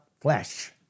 flesh